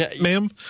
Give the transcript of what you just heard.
ma'am